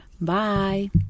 Bye